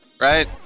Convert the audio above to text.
right